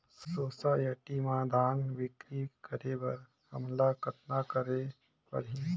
Society म धान बिक्री करे बर हमला कतना करे परही?